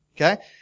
Okay